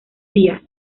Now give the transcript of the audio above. días